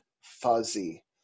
fuzzy